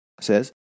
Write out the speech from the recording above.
says